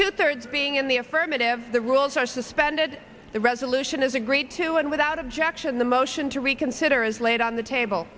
two thirds being in the affirmative the rules are suspended the resolution is a great two and without objection the motion to reconsider is laid on the table